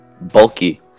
bulky